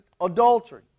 adultery